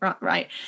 right